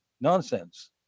Nonsense